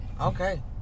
Okay